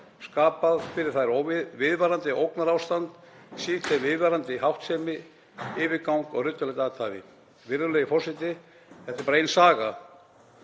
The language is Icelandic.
skapað fyrir þær viðvarandi ógnarástand, sýnt þeim vanvirðandi háttsemi, yfirgang og ruddalegt athæfi. Virðulegi forseti. Þetta er bara ein saga